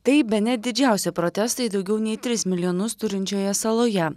tai bene didžiausi protestai daugiau nei tris milijonus turinčioje saloje